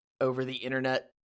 over-the-internet